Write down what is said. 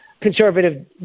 conservative